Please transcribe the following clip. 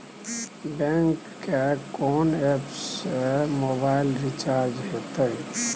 Bank के कोन app से मोबाइल रिचार्ज हेते?